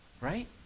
Right